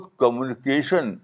communication